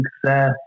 success